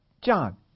John